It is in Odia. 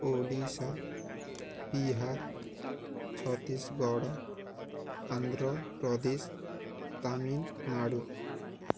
ଓଡ଼ିଶା ବିହାର ଛତିଶଗଡ଼ ଆନ୍ଧ୍ରପ୍ରଦେଶ ତାମିଲନାଡ଼ୁ